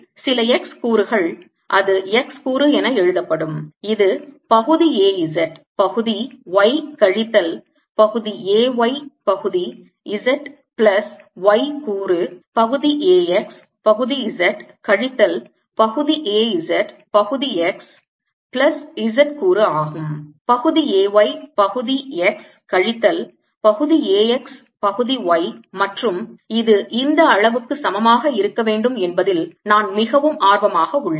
எனவே சில x கூறுகள் அது x கூறு என எழுதப்படும் இது பகுதி A z பகுதி y கழித்தல் பகுதி A y பகுதி z பிளஸ் y கூறு பகுதி A x பகுதி z கழித்தல் பகுதி A z பகுதி x பிளஸ் z கூறு ஆகும் பகுதி A y பகுதி x கழித்தல் பகுதி A x பகுதி y மற்றும் இது இந்த அளவுக்கு சமமாக இருக்க வேண்டும் என்பதில் நான் மிகவும் ஆர்வமாக உள்ளேன்